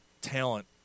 talent